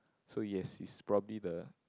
so yes he's probably the